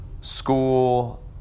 school